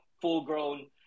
full-grown